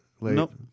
Nope